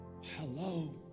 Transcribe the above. hello